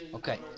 Okay